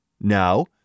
Now